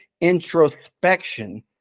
introspection